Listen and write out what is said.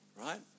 right